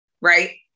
right